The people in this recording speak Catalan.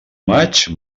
maig